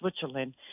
Switzerland